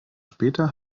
später